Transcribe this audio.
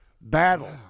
Battle